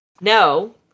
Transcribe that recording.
no